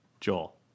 joel